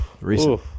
recent